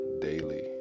daily